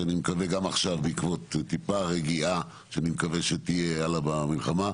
אני מקווה גם עכשיו בעקבות טיפה רגיעה שאני מקווה שתהיה הלאה במלחמה,